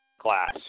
class